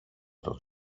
τον